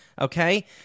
Okay